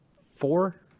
four